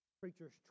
preachers